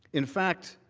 in fact,